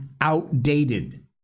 outdated